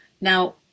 Now